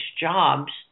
jobs